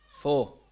Four